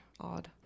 odd